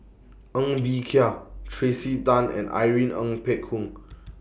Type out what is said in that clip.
Ng Bee Kia Tracey Tan and Irene Ng Phek Hoong